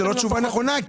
זאת לא תשובה נכונה,